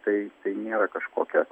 tai nėra kažkokia